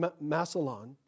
Massillon